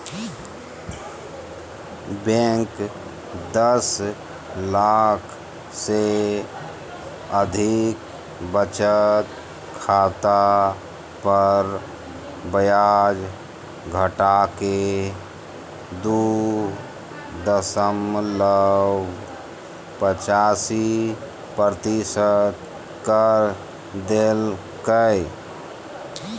bank दस लाख से अधिक बचत खाता पर ब्याज घटाके दू दशमलब पचासी प्रतिशत कर देल कय